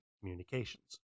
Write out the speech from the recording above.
communications